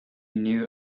knew